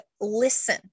listen